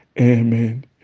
Amen